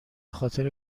خاطر